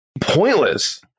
pointless